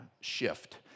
shift